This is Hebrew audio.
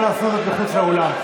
אנא עשו זאת מחוץ לאולם.